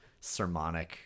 sermonic